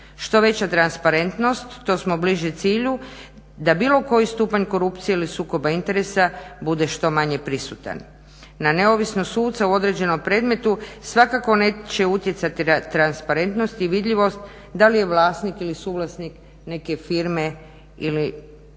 Što veća transparentnost, to smo bliži cilju da bilo koji stupanj korupcije ili sukoba interesa bude što manje prisutan. Na neovisnost suca u određenom predmetu svakako neće utjecati transparentnost i vidljivost da li je vlasnik ili suvlasnik neke firme ili